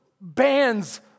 bands